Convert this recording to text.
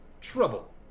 trouble